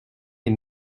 est